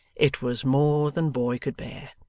it was more than boy could bear,